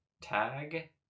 Tag